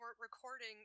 recording